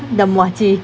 the muah chee